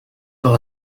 par